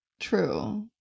True